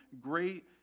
Great